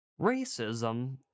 Racism